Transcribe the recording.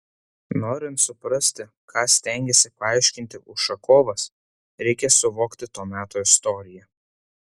norint suprasti ką stengėsi paaiškinti ušakovas reikia suvokti to meto istoriją